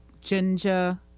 ginger